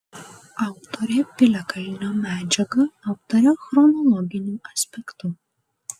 autorė piliakalnio medžiagą aptaria chronologiniu aspektu